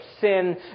Sin